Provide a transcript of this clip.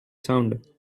sound